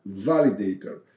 validator